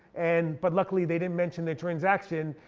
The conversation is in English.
and but luckily they didn't mention the transaction.